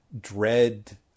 Dread